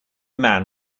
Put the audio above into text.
man